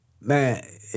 Man